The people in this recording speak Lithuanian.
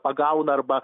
pagauna arba